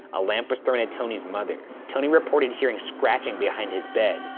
a lamp was thrown at tony's mother. tony reported hearing scratching behind his bed,